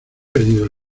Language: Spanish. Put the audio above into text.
perdido